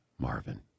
Marvin